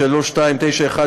התשע"ו 2016,